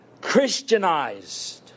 Christianized